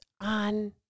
on